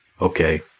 okay